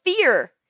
fear